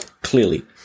Clearly